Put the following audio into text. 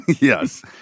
Yes